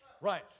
Right